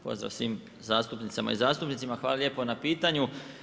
Pozdrav svim zastupnicama i zastupnicima, hvala lijepo na pitanju.